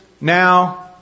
now